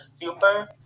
Super